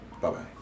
bye-bye